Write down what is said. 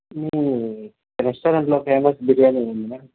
మీ రెస్టారెంట్లో ఫేమస్ బిర్యానీ ఏమిటి మ్యామ్